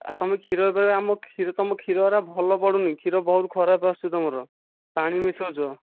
ଆରେ ତୁମେ କ୍ଷୀର ଏବେ ଆମ କ୍ଷୀର ତୁମ କ୍ଷୀରରା ଭଲ ପଡ଼ୁନି କ୍ଷୀର ବହୁତ ଖରାପ ଆସୁଛି ତୁମର ପାଣି ମିଶାଉଛ